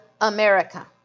America